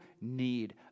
need